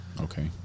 Okay